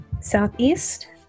southeast